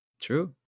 True